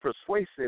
persuasive